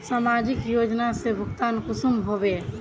समाजिक योजना से भुगतान कुंसम होबे?